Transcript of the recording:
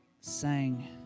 sang